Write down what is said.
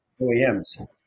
OEMs